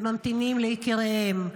וממתינות ליקיריהן.